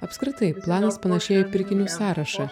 apskritai planas panašėjo į pirkinių sąrašą